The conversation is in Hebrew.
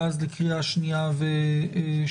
ואז לקריאה שנייה ושלישית,